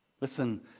listen